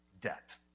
debt